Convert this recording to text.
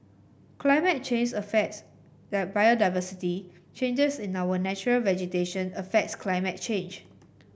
climate change affects the biodiversity changes in our natural vegetation affects climate change